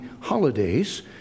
holidays